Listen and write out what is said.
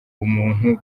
bumuntu